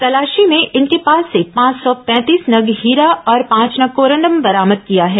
तलाशी में इनके पास से पांच सौ पैंतीस नग हीरा और पांच नग कोरंडम बरामद किया गया है